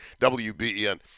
WBEN